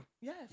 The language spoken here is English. Yes